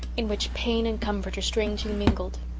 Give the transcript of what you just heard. in which pain and comfort are strangely mingled.